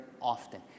often